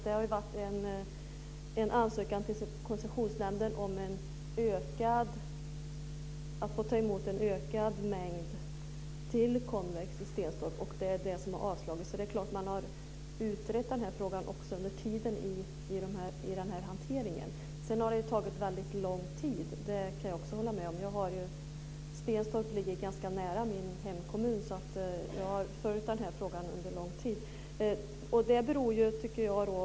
Det har gjorts en ansökan till Koncessionsnämnden för miljöskydd om tillstånd till Konvex för mottagande av en ökad mängd av avfall i Stenstorp, men den har avslagits. Det är klart att den här frågan har utretts också under hanteringstidens gång. Jag kan hålla med om att ärendet har tagit lång tid. Stenstorp ligger ganska nära min hemkommun, och jag har följt frågan under lång tid.